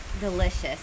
Delicious